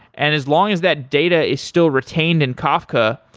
and as long as that data is still retained in kafka,